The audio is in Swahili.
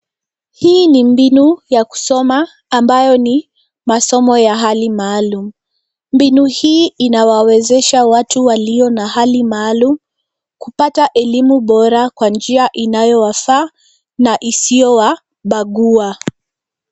Hii ni mbinu ya kusoma ambayo ni masomo ya hali maalum. Mbinu hii inawawezesha watu walio na hali maalum kupata elimu bora kwa njia inayowafaa na isiyowabagua.